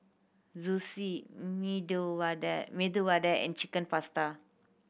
Zosui Medu Vada Medu Vada and Chicken Pasta